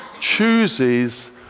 chooses